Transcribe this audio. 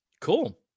cool